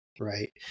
Right